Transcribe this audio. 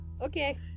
Okay